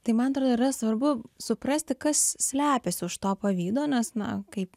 tai man atrodo yra svarbu suprasti kas slepiasi už to pavydo nes na kaip